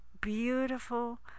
Beautiful